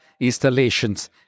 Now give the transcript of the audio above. installations